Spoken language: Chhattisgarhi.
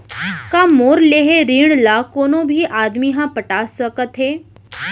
का मोर लेहे ऋण ला कोनो भी आदमी ह पटा सकथव हे?